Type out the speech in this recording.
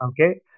Okay